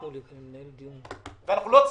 כולם מדברים על מספר ההרוגים.